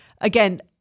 again